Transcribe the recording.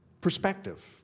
Perspective